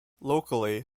locally